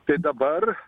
tai dabar